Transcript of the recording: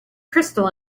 crystal